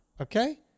okay